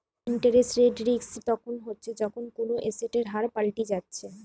interest rate risk তখন হচ্ছে যখন কুনো এসেটের হার পাল্টি যাচ্ছে